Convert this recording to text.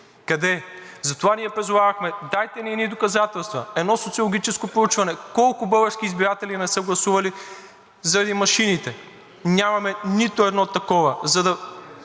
Къде? Затова ние призовавахме, дайте ни едни доказателства, едно социологическо проучване колко български избиратели не са гласували заради машините. Нямаме нито едно такова, за да